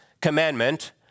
commandment